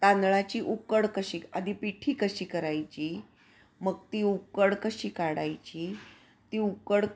तांदळाची उकड कशी आधी पिठी कशी करायची मग ती उकड कशी काढायची ती उकड